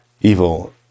evil